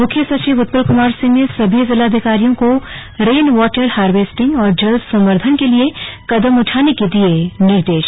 मुख्य सचिव उत्पल कुमार सिंह ने सभी जिलाधिकारियों को रेन वॉटर हार्वेस्टिंग और जल संवर्द्धन के लिए कदम उठाने के दिये निर्देश